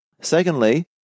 Secondly